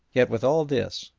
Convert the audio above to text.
yet with all this,